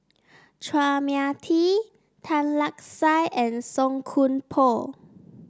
Chua Mia Tee Tan Lark Sye and Song Koon Poh